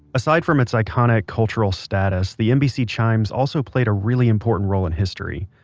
aside from its iconic cultural status, the nbc chimes also played a really important role in history.